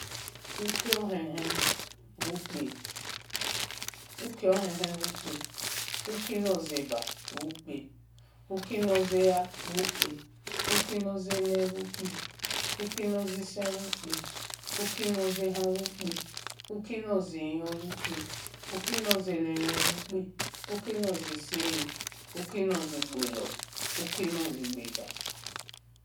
Okio hehe bhu kpe uki no zehar bhu kpe uki nor zene bhu kpe uki nor zi sen bhu kpe uki nor ze han bhu kpe oki nor zi hion bhu kpe uki nor zi hion bhu kpe uki nor si sin bhu kpe uki nor zi gbolor uki nor si gbera